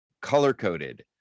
color-coded